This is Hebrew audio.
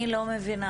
אני לא מבינה,